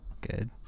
Good